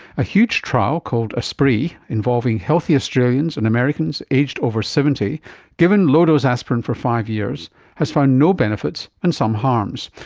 a huge trial called aspree involving healthy australians and americans aged over seventy given low-dose aspirin for five years has found no benefits and some harms.